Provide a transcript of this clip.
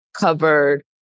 covered